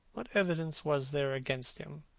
what evidence was there against him?